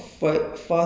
oh Facebook